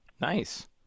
Nice